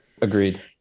agreed